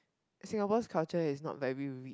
Singapore's culture is not very rich